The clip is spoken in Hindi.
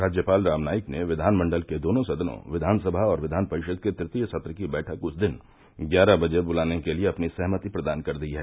राज्यपाल राम नाईक ने विधानमंडल के दोनों सदनों विधानसभा और विधान परिषद के तृतीय सत्र की बैठक उस दिन ग्यारह बजे बलाने के लिये अपनी सहमति प्रदान कर दी है